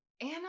Anna